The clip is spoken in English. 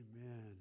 Amen